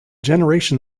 generation